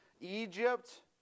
Egypt